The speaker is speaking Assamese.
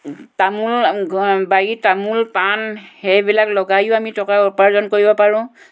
তামোল বাৰীৰ তামোল পাণ সেইবিলাক লগায়ো আমি টকা উপাৰ্জন কৰিব পাৰোঁ